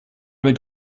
mit